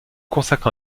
consacre